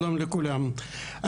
שלום לכולם,